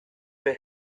but